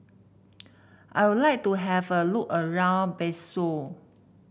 I would like to have a look around Bissau